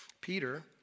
Peter